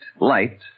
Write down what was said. light